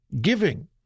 giving